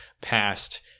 past